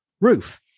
Roof